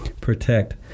protect